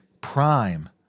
prime